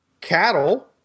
cattle